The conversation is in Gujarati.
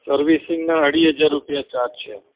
સર્વિસિંગના અઢી હજાર રૂપિયા ચાર્જ છે